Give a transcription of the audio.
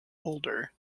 older